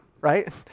right